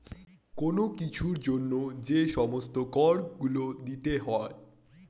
কোন কিছুর জন্য যে সমস্ত কর গুলো দিতে হয়